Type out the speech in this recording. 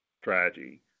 strategy